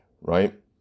right